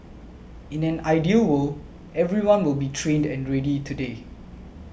in an ideal world everyone will be trained and ready today